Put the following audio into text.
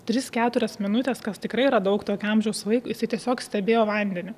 tris keturias minutes kas tikrai yra daug tokio amžiaus vaikui jisai tiesiog stebėjo vandenį